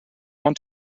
want